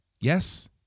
Yes